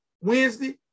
Wednesday